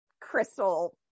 crystal